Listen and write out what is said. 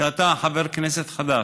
אתה חבר כנסת חדש,